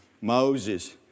Moses